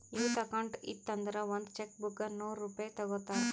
youth account ಇತ್ತು ಅಂದುರ್ ಒಂದ್ ಚೆಕ್ ಬುಕ್ಗ ನೂರ್ ರೂಪೆ ತಗೋತಾರ್